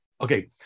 Okay